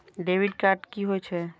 Debit card कि होई छै?